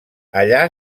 allà